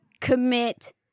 commit